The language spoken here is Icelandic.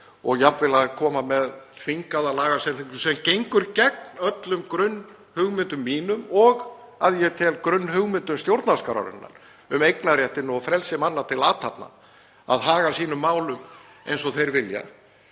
og jafnvel að koma með þvingaða lagasetningu sem gengur gegn öllum grunnhugmyndum mínum og að ég tel grunnhugmyndum stjórnarskrárinnar um eignarréttinn og frelsi manna til athafna, að haga sínum málum eins og þeir vilja.